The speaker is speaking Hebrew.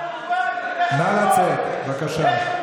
נא לצאת, בבקשה.